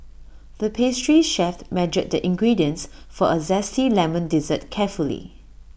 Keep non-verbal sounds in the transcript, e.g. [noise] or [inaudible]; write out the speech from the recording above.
the pastry chef [noise] measured the ingredients for A Zesty Lemon Dessert carefully